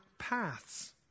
paths